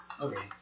Okay